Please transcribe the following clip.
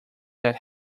that